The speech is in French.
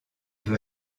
veut